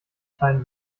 kleinen